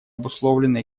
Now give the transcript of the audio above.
обусловлено